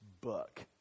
book